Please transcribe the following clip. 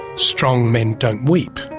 strong men don't weep,